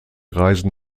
reisen